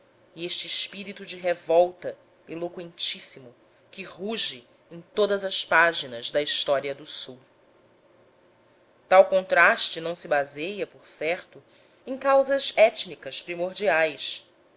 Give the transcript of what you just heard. e este espírito de revolta eloqüentíssimo que ruge em todas as páginas da história do sul tal contraste não se baseia por certo em causas étnicas primordiais